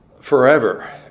forever